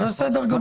זה בסדר גמור.